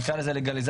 נקרא לזה לגליזציה,